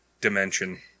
dimension